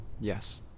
Yes